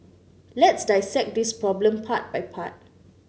let's dissect this problem part by part